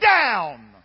down